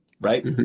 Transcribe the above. right